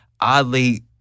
oddly